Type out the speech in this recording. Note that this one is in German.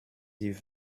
die